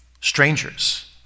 strangers